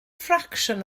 ffracsiwn